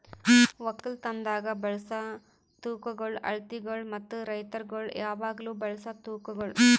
ಒಕ್ಕಲತನದಾಗ್ ಬಳಸ ತೂಕಗೊಳ್, ಅಳತಿಗೊಳ್ ಮತ್ತ ರೈತುರಗೊಳ್ ಯಾವಾಗ್ಲೂ ಬಳಸ ತೂಕಗೊಳ್